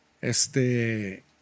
este